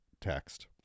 text